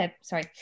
sorry